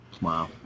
Wow